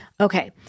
Okay